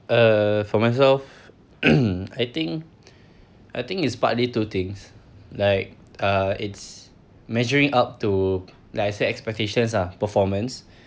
uh for myself hmm I think I think it's partly two things like uh it's measuring up to like I said expectations lah performance